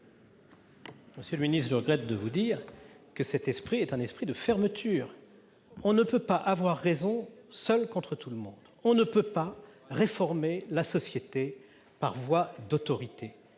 Monsieur le ministre, je regrette de devoir vous dire que cet esprit est un esprit de fermeture. On ne peut pas avoir raison seul contre tout le monde ; on ne peut pas réformer la société par voie d'autorité.